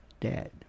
dead